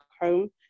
home